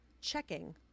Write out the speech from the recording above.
checking